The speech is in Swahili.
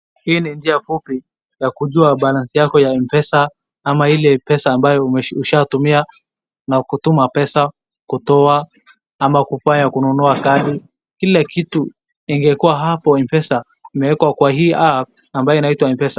Hii ni njia fupi ya kujua balance yako ya mpesa ama ile pesa ambayo ushaatumia na kutuma pesa, kutoa ama kubuy ya kununua kadi. Kila kitu ingekuwa hapo Mpesa imewekwa kwa hii app ambayo inaitwa Mpesa.